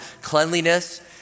cleanliness